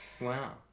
Wow